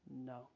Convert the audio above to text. no